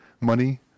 money